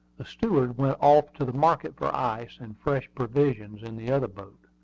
the steward went off to the market for ice and fresh provisions in the other boat.